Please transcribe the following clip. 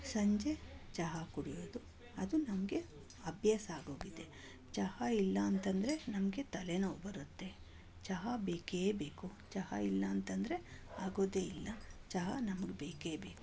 ಸಂಜೆ ಚಹಾ ಕುಡಿಯೋದು ಅದು ನನಗೆ ಅಭ್ಯಾಸ ಆಗೋಗಿದೆ ಚಹಾ ಇಲ್ಲ ಅಂತಂದರೆ ನಮಗೆ ತಲೆನೋವು ಬರುತ್ತೆ ಚಹಾ ಬೇಕೇ ಬೇಕು ಚಹಾ ಇಲ್ಲ ಅಂತಂದರೆ ಆಗೋದೇ ಇಲ್ಲ ಚಹಾ ನಮ್ಗೆ ಬೇಕೇ ಬೇಕು